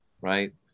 right